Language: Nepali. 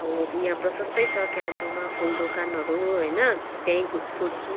अब यहाँ प्रशस्तै छ कालिम्पोङमा होइन फुल दोकानहरू होइन त्यहीँ सोध्छु